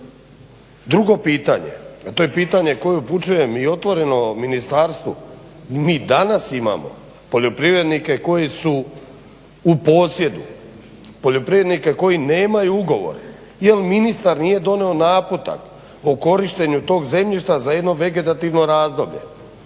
Drugo pitanje, a to je pitanje koje upućujem i otvoreno ministarstvu, mi danas imamo poljoprivrednike koji su u posjedu, poljoprivredne koji nemaju ugovor. Jel ministar nije donio naputak o korištenju tog zemljišta za jedno vegetativno razdoblje.